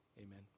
Amen